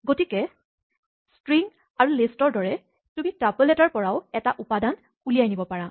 গতিকে ষ্ট্ৰিং আৰু লিষ্টৰ দৰে তুমি টাপল্ এটাৰ পৰাও এটা উপাদান উলিয়াই নিব পাৰা